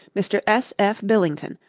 mr. s. f. billington,